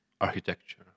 architecture